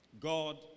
God